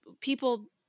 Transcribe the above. people